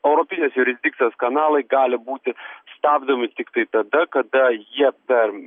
europinės jurisdikcijos kanalai gali būti stabdomi tiktai tada kada jie per